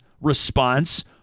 response